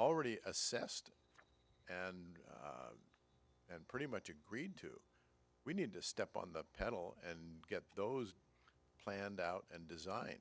already assessed and and pretty much agreed to we need to step on the pedal and get those planned out and design